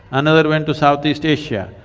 another went to southeast asia,